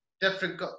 different